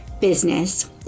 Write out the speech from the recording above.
business